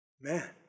man